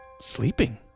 sleeping